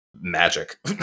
magic